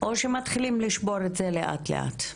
או שמתחילים לשבור את זה לאט-לאט.